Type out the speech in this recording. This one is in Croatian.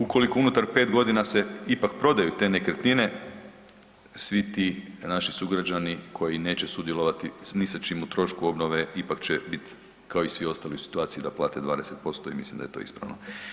Ukoliko unutar pet godina se ipak prodaju te nekretnine svi ti naši sugrađani koji neće sudjelovati ni sa čime u trošku obnove ipak će biti kao i svi ostali u situaciji da plate 20% i mislim da je to ispravno.